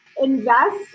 invest